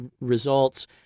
results